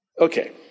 okay